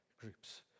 groups